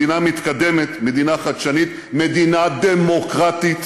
מדינה מתקדמת, מדינה חדשנית, מדינה דמוקרטית,